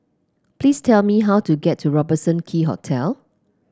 please tell me how to get to Robertson Quay Hotel